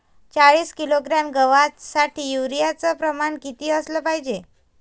चाळीस किलोग्रॅम गवासाठी यूरिया च प्रमान किती असलं पायजे?